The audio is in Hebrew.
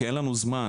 כי אין לנו זמן.